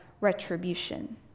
retribution